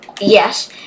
yes